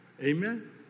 Amen